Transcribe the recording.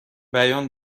بیان